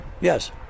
yes